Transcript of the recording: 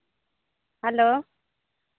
hello